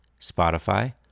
Spotify